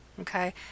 okay